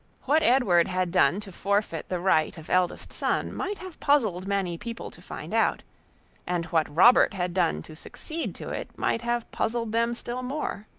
what edward had done to forfeit the right of eldest son, might have puzzled many people to find out and what robert had done to succeed to it, might have puzzled them still more.